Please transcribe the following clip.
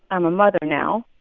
i'm a mother now.